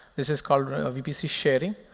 this is called vpc sharing,